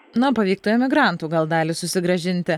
na pavyktų emigrantų gal dalį susigrąžinti